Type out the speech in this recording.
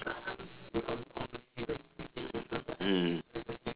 mm